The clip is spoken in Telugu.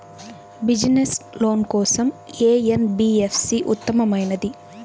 బిజినెస్స్ లోన్ కోసం ఏ ఎన్.బీ.ఎఫ్.సి ఉత్తమమైనది?